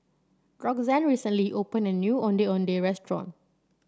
Roxann recently opened a new Ondeh Ondeh Restaurant